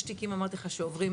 יש תיקים, אמרתי לך, שעוברים,